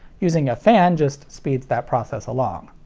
using a fan just speeds that process along.